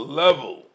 level